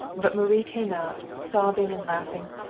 but marie came out, sobbing and laughing,